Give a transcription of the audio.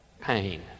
pain